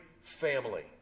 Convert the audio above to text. family